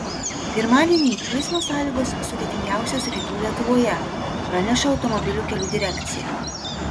pirmadienį eismo sąlygos sudėtingiausios rytų lietuvoje praneša automobilių kelių direkcija